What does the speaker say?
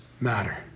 matter